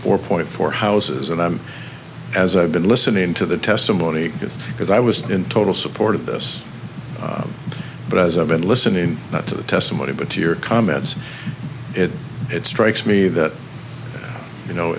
four point four houses and as i've been listening to the testimony because i was in total support of this but as i've been listening to the testimony but to your comments it strikes me that you know